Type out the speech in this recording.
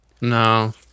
no